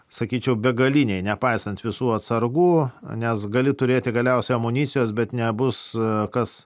sakyčiau begaliniai nepaisant visų atsargų nes gali turėti galiausia amunicijos bet nebus kas